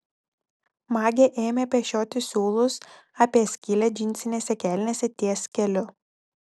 magė ėmė pešioti siūlus apie skylę džinsinėse kelnėse ties keliu